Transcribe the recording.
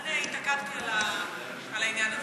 לכן גם התעכבתי על העניין הזה.